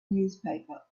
newspaper